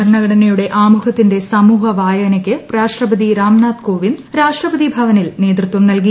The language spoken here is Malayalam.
ഭരണഘടനയുടെ ആമുഖത്തിന്റെ സമൂഹ വായനക്ക് രാഷ്ട്രപതി രാംനാഥ് കോവിന്ദ് രാഷ്ട്രപതി ഭവനിൽ നേതൃത്വം നൽകി